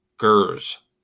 Gers